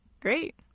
Great